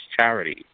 charity